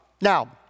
Now